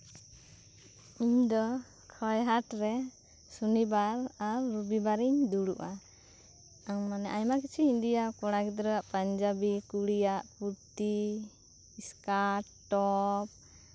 ᱤᱧ ᱫᱚ ᱠᱷᱳᱣᱟᱭ ᱦᱟᱴᱨᱮ ᱥᱚᱱᱤᱵᱟᱨ ᱟᱨ ᱨᱚᱵᱤ ᱵᱟᱨ ᱤᱧ ᱫᱩᱲᱩᱵᱼᱟ ᱢᱟᱱᱮ ᱟᱭᱢᱟ ᱠᱤᱪᱷᱩᱧ ᱤᱫᱤᱭᱟ ᱠᱚᱲᱟ ᱜᱤᱫᱽᱨᱟᱹ ᱟᱜ ᱯᱟᱧᱡᱟᱵᱤ ᱠᱩᱲᱤᱭᱟᱜ ᱠᱩᱨᱛᱤ ᱤᱥᱠᱟᱯ ᱴᱚᱯ